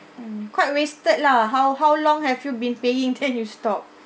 mm quite wasted lah how how long have you been paying then you stop